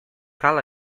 cal